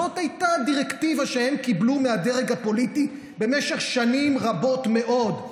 זאת הייתה הדירקטיבה שהם קיבלו מהדרג הפוליטי במשך שנים רבות מאוד,